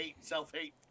self-hate